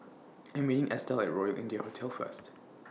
I'm meeting Estell At Royal India Hotel First